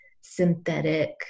synthetic